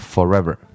Forever 》